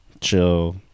chill